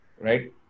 right